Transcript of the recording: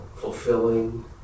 fulfilling